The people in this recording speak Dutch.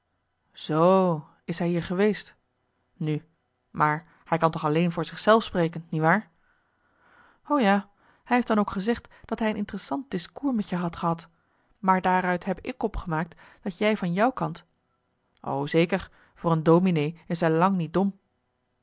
zoo is hij hier geweest nu maar hij kan toch alleen voor zich zelf spreken niewaar o ja hij heeft dan ook gezegd dat hij een interessant discours met je had gehad maar daaruit heb ik opgemaakt dat jij van jou kant o zeker voor een dominee is hij lang niet dom